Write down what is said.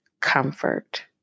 comfort